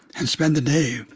and spend the day